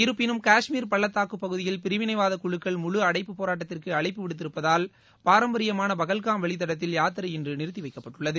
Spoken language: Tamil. இருப்பினும் காஷ்மீர் பள்ளத்தாக்குப் பகுதியில் பிரிவினைவாதக் குழுக்கள் முழு அடைப்புப் போராட்டத்திற்கு அழைப்பு விடுத்திருப்பதால் பாரம்பரியமான பகல்காம் வழித்தடத்தில் யாத்திரை இன்று நிறுத்திவைக்கப்பட்டுள்ளது